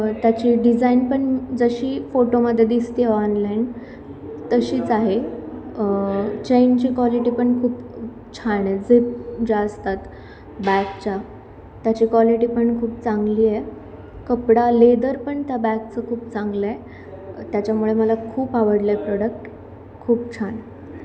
त्याची डिझाईनपण जशी फोटोमध्ये दिसते ऑनलाईन तशीच आहे चैनची क्वालिटीपण खूप छान आहे झिप ज्या असतात बॅगच्या त्याची क्वालिटीपण खूप चांगली आहे कपडा लेदरपण त्या बॅगचं खूप चांगलं आहे त्याच्यामुळे मला खूप आवडलं प्रॉडक्ट खूप छान